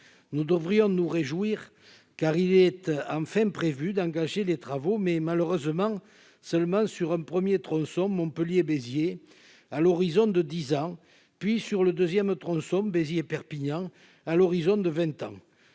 nous devrions nous réjouir car il est enfin prévu d'engager des travaux mais malheureusement seulement sur un 1er tronçon Montpellier, Béziers, à l'horizon de 10 ans, puis sur le 2ème tronçon, Béziers, Perpignan à l'horizon de 20 ans